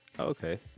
Okay